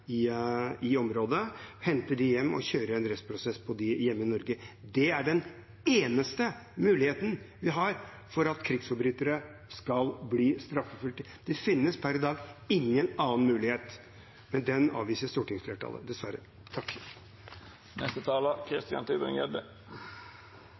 området, hente dem hjem og kjøre en rettsprosess mot dem hjemme i Norge. Det er den eneste muligheten vi har for at krigsforbrytere skal bli straffeforfulgt – det finnes per i dag ingen annen mulighet – men den avviser stortingsflertallet dessverre.